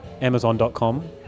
Amazon.com